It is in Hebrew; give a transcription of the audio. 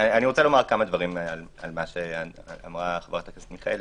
רוצה לומר כמה דברים על דברי חברת הכנסת מיכאלי.